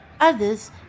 others